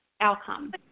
outcome